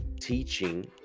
teaching